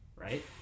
Right